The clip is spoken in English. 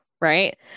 right